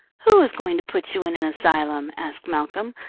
who is going to put you in an asylum? asked malcolm,